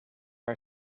are